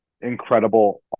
incredible